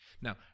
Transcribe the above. now